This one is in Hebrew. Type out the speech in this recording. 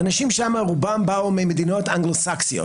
ואנשים שם רובם באו ממדינות אנגלוסקסיות